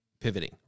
pivoting